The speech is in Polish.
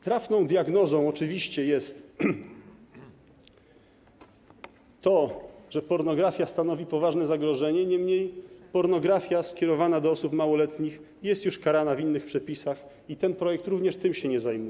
Trafną diagnozą oczywiście jest to, że pornografia stanowi poważne zagrożenie, niemniej pornografia skierowana do osób małoletnich jest już karana w innych przepisach i ten projekt nie zajmuje się również tym.